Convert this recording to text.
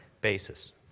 basis